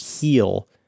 heal